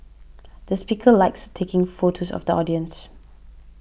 the speaker likes taking photos of the audience